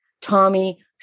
Tommy